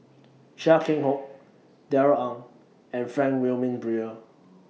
Chia Keng Hock Darrell Ang and Frank Wilmin Brewer